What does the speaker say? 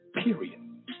Period